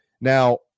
Now